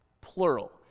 Plural